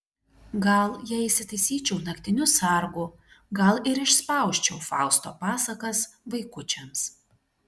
gal jei įsitaisyčiau naktiniu sargu gal ir išspausčiau fausto pasakas vaikučiams